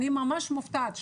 אני ממש מופתעת.